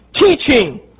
teaching